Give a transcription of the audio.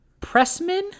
pressman